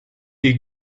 est